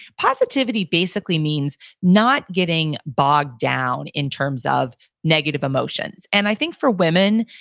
positivity basically means not getting bogged down in terms of negative emotions. and i think for women,